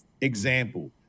Example